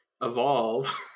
evolve